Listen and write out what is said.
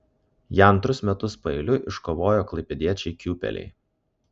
ją antrus metus paeiliui iškovojo klaipėdiečiai kiūpeliai